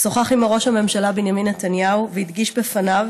שוחח עימו ראש הממשלה בנימין נתניהו והדגיש בפניו